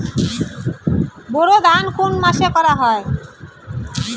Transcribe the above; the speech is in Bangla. বোরো ধান কোন মাসে করা হয়?